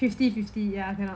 fifty fifty ya cannot